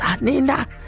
nina